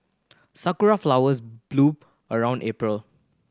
sakura flowers bloom around April